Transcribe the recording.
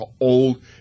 old